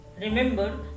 Remember